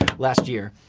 last year.